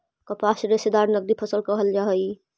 कपास रेशादार नगदी फसल कहल जा हई